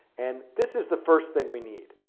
and this is the first thing we need.